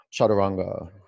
Chaturanga